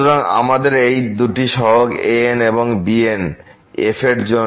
সুতরাং আমাদের এই দুটি সহগ আছে an s এবং bn s f এর জন্য